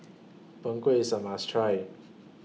Png Kueh IS A must Try